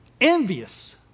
envious